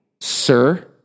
sir